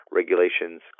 regulations